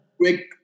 Quick